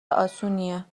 اسونیه